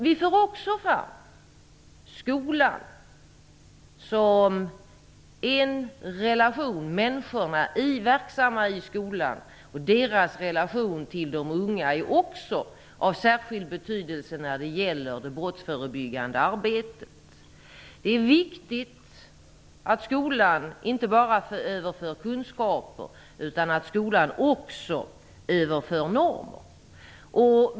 Vi för också fram skolan och de människor som är verksamma där. Deras relation till de unga är också av särskild betydelse när det gäller det brottsförebyggande arbetet. Det är viktigt att skolan inte bara överför kunskaper utan även normer.